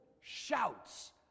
shouts